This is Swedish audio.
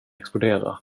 explodera